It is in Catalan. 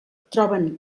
troben